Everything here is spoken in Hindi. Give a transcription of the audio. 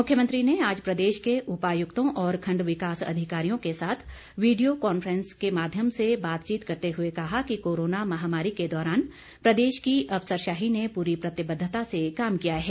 मुख्यमंत्री ने आज प्रदेश के उपायुक्तों और खंड विकास अधिकारियों के साथ वीडियो कॉन्फ्रेंसिंग के माध्यम से बातचीत करते हुए कहा कि कोरोना महामारी के दौरान प्रदेश की अफसरशाही ने पूरी प्रतिबद्धता से काम किया है